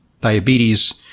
diabetes